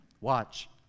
Watch